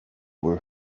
were